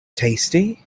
tasty